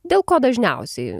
dėl ko dažniausiai